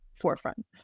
forefront